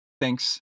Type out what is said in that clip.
thanks